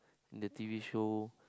the T_V shows